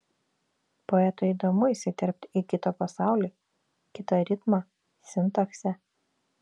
poetui įdomu įsiterpti į kito pasaulį į kitą ritmą sintaksę